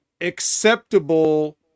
acceptable